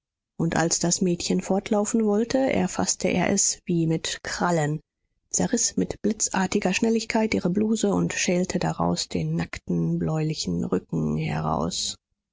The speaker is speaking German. und als das mädchen fortlaufen wollte erfaßte er es wie mit krallen zerriß mit blitzartiger schnelligkeit ihre bluse und schälte daraus den nackten bläulichen rücken heraus